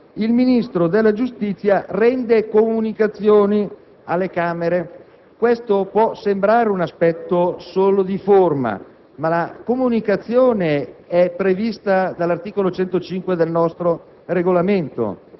il Ministro della giustizia rende comunicazioni alle Camere...». Può sembrare solo un aspetto formale, ma le comunicazioni sono previste dall'articolo 105 del nostro Regolamento.